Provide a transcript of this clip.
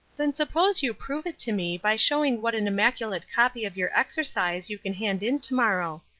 then suppose you prove it to me, by showing what an immaculate copy of your exercise you can hand in to-morrow.